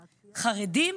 חרדים,